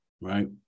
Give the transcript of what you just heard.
Right